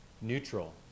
neutral